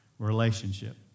Relationship